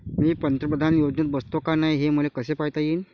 मी पंतप्रधान योजनेत बसतो का नाय, हे मले कस पायता येईन?